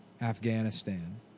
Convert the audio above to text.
Afghanistan